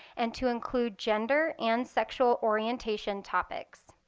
and to include gender and sexual orientation topics.